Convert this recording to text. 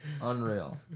Unreal